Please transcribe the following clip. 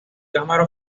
cámara